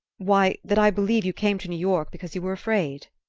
why, that i believe you came to new york because you were afraid.